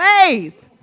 faith